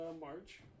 March